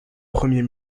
premier